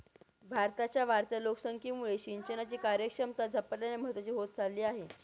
भारताच्या वाढत्या लोकसंख्येमुळे सिंचनाची कार्यक्षमता झपाट्याने महत्वाची होत चालली आहे